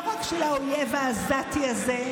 לא רק שלא האויב העזתי הזה,